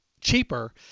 cheaper